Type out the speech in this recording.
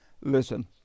Listen